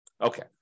Okay